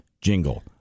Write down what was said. jingle